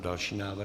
Další návrh.